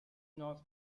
north